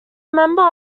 member